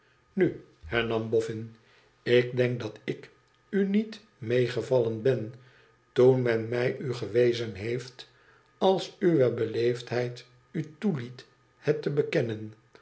nu hernam boffin ik denk dat ik u niet meegevallen ben toen men mij u gewezen heeft als uwe beleefdheid u toeliet het te bekennen